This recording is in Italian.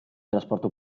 trasporto